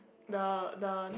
the the